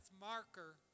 marker